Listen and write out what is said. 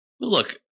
Look